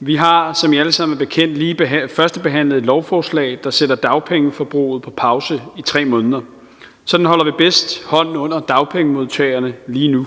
Vi har, som I allesammen er bekendt med, lige førstebehandlet et lovforslag, der sætter dagpengeforbruget på pause i 3 måneder. Sådan holder vi bedst hånden under dagpengemodtagerne lige nu.